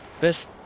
Best